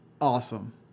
awesome